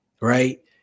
Right